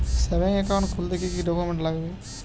Savings account খুলতে কি কি ডকুমেন্টস লাগবে?